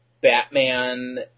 Batman